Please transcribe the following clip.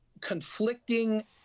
conflicting